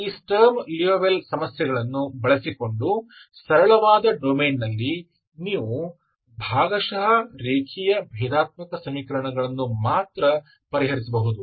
ಈ Sturm Liouville ಸಮಸ್ಯೆಗಳನ್ನು ಬಳಸಿಕೊಂಡು ಸರಳವಾದ ಡೊಮೇನ್ನಲ್ಲಿ ನೀವು ರೇಖೀಯ ಭಾಗಶಃ ಭೇದಾತ್ಮಕ ಸಮೀಕರಣಗಳನ್ನು ಮಾತ್ರ ಪರಿಹರಿಸಬಹುದು